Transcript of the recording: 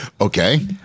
Okay